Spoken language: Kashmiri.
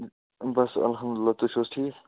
بَس الحمدُاللہ تُہۍ چھِو حظ ٹھیٖک